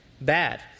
bad